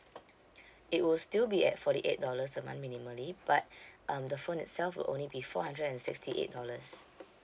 it will still be at forty eight dollars a month minimally but um the phone itself will only be four hundred and sixty eight dollars